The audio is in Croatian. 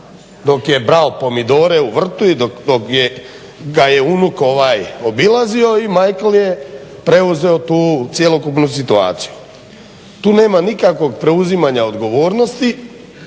dok je brao pomidore u vrtu i dok ga je unuk obilazio i Michael je preuzeo tu cjelokupnu situaciju. Tu nema nikakvog preuzimanja odgovornosti